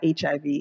HIV